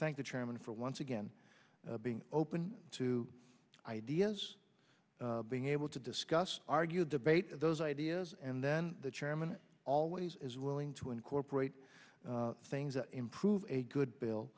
thank the chairman for once again being open to ideas being able to discuss argue debate those ideas and then the chairman always is willing to incorporate things that improve a good bill